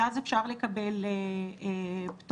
ואז אפשר לקבל פטור.